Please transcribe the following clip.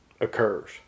occurs